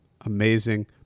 Amazing